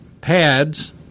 pads